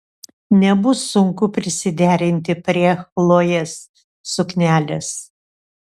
nebus sunku prisiderinti prie chlojės suknelės